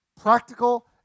Practical